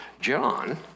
John